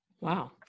Wow